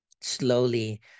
slowly